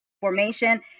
formation